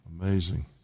Amazing